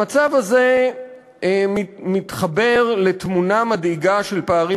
המצב הזה מתחבר לתמונה מדאיגה של פערים